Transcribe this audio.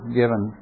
given